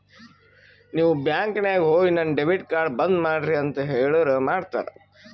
ನೀವ್ ಬ್ಯಾಂಕ್ ನಾಗ್ ಹೋಗಿ ನನ್ ಡೆಬಿಟ್ ಕಾರ್ಡ್ ಬಂದ್ ಮಾಡ್ರಿ ಅಂತ್ ಹೇಳುರ್ ಮಾಡ್ತಾರ